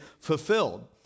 fulfilled